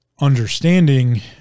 understanding